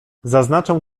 zaznaczę